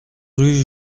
rue